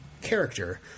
character